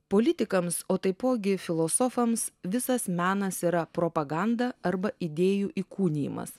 politikams o taipogi filosofams visas menas yra propaganda arba idėjų įkūnijimas